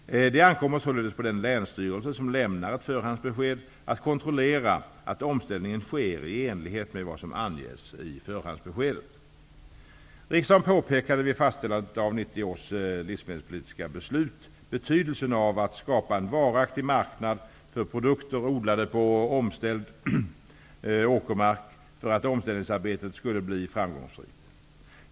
Det ankommer således på den länsstyrelse som lämnar ett förhandsbesked att kontrollera att omställningen sker i enlighet med vad som anges i förhandsbeskedet. Riksdagen påpekade vid fastställandet av 1990 års livsmedelspolitiska beslut betydelsen av att skapa en varaktig marknad för produkter odlade på omställd åkermark för att omställningsarbetet skulle bli framgångsrikt.